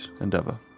endeavor